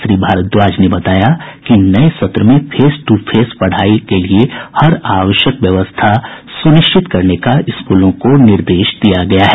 श्री भारद्वाज ने बताया कि नये सत्र में फेस टू फेस पढ़ाई के लिए हर आवश्यक व्यवस्था सुनिश्चित करने का स्कूलों को निर्देश दिया गया है